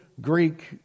Greek